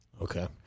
Okay